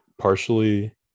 partially